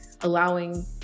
allowing